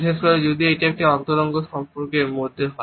বিশেষ করে যদি এটি একটি অন্তরঙ্গ সম্পর্কের মধ্যে হয়